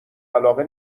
علاقه